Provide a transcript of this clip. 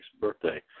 birthday